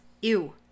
Ew